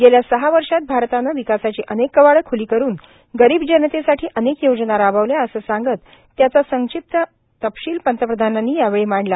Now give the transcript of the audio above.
गेल्या सहा वर्षात भारतानं विकासाची अनेक कवाडं खुली करुन गरीब जनतेसाठी अनेक योजना राबवल्या असं सांगत त्याचा संक्षिप्त तपशील पंतप्रधानांनी यावेळी मांडला